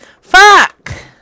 Fuck